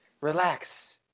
Relax